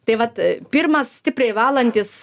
tai vat pirmas stipriai valantis